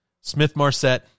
Smith-Marset